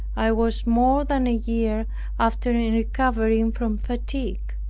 i was more than a year after in recovering from fatigue,